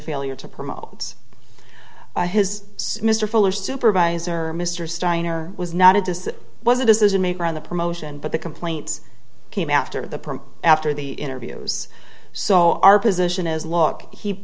failure to promote his mr fuller supervisor mr steiner was not a dis was a decision maker on the promotion but the complaints came after the after the interviews so our position is look he